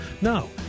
No